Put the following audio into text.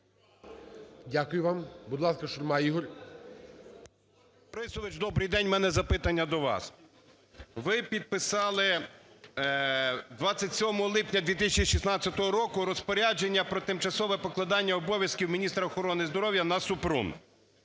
ШУРМА І.М. Володимир Борисович, добрий день. У мене запитання до вас. Ви підписали 27 липня 2016 року розпорядження про тимчасове покладання обов'язків міністра охорони здоров'я на Супрун.